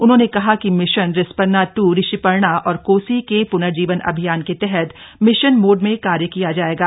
उन्होंने कहा कि मिशन रिस्पना ट्र ऋषिपर्णा और कोसी के पुनर्जीवन अभियान के तहत मिशन मोड में कार्य किया जायेगा